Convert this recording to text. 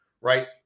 right